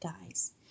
guys